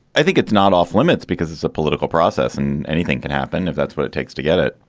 i think it's not off limits because it's a political process and anything can happen if that's what it takes to get it.